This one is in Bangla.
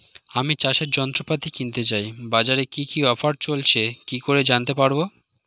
আমি চাষের যন্ত্রপাতি কিনতে চাই বাজারে কি কি অফার চলছে কি করে জানতে পারবো?